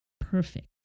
perfect